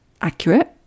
accurate